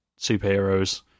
superheroes